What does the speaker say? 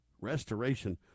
restoration